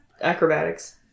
Acrobatics